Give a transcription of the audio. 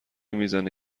میزنه